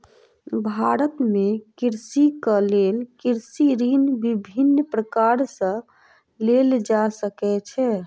भारत में कृषकक लेल कृषि ऋण विभिन्न प्रकार सॅ लेल जा सकै छै